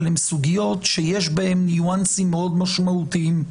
אבל הן סוגיות שיש בהן ניואנסים מאוד משמעותיים,